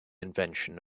invention